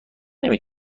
نمی